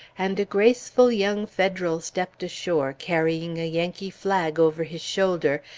and a graceful young federal stepped ashore, carrying a yankee flag over his shoulder,